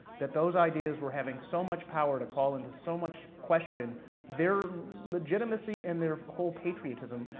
that those ideas were having so much power, to call into so much question their legitimacy, and their whole patriotism,